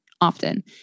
often